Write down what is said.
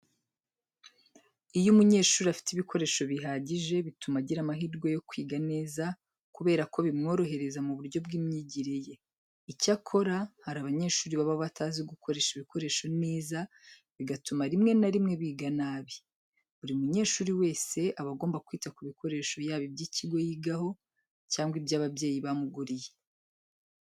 Iyo umunyeshuri afite ibikoresho bihagije bituma agira amahirwe yo kwiga neza kubera ko bimworohereza mu buryo bw'imyigire ye. Icyakora, hari abanyeshuri baba batazi gukoresha ibikoresho neza bigatuma rimwe na rimwe biga nabi. Buri munyeshuri wese aba agomba kwita ku bikoresho yaba iby'ikigo yigaho cyangwa ibyo ababyeyi bamuguriye.